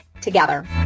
together